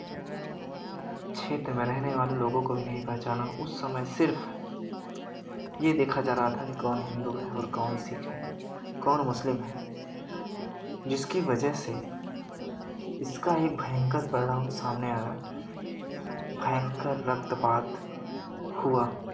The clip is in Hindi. क्षेत्र में रहने वाले लोगों को भी नहीं पहचाना उस समय सिर्फ़ यह देखा जा रहा था कि कौन हिन्दू है और कौन सिख है कौन मुस्लिम है जिसकी वजह से इसका एक भयंकर परिणाम सामने आया भयंकर रक्त पात हुआ